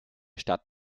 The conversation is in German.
stadt